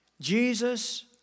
Jesus